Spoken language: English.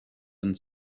and